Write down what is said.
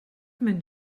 mynd